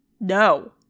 No